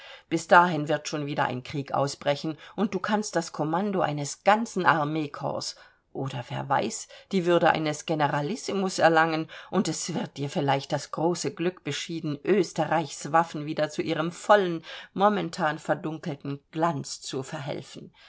bis dahin wird schon wieder ein krieg ausbrechen und du kannst das kommando eines ganzen armeekorps oder wer weiß die würde eines generalissimus erlangen und es wird dir vielleicht das große glück beschieden österreichs waffen wieder zu ihrem vollen momentan verdunkelten glanz zu verhelfen